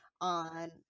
on